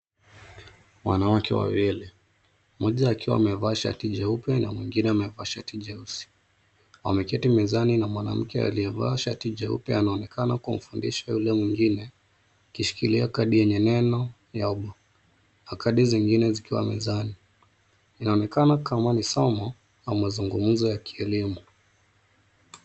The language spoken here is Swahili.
Wanawake wawili, moja akiwa amevaa shati jeupe na mwingine amevaa shati jeusi, wameketi mezani na mwanamke aliyevaa shati jeupe anaonekana kumfundisha yule mwingine akishikilia kadi yenye neno, yomo, na kadi zingine zikiwa mezani. Inaonekana kama ni somo au mazungumzo ya kielimu.